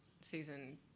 season